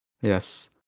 Yes